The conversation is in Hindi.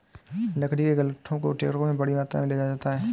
लकड़ी के लट्ठों को ट्रकों में बड़ी मात्रा में ले जाया जाता है